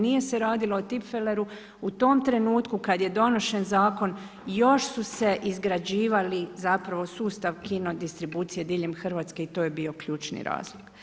Nije se radilo o tipfeleru, u tom trenutku kada je donošen zakon i još su se izgrađivali zapravo sustav kinodistribucije diljem Hrvatske i to je bio ključni razlog.